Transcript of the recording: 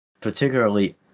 particularly